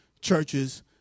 Churches